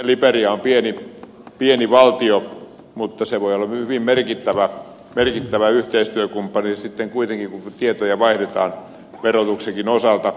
liberia on pieni valtio mutta se voi olla hyvin merkittävä yhteistyökumppani sitten kuitenkin kun tietoja vaihdetaan verotuksenkin osalta